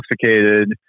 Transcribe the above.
intoxicated